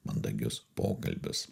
mandagius pokalbius